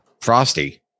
frosty